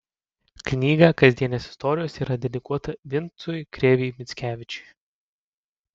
knyga kasdienės istorijos yra dedikuota vincui krėvei mickevičiui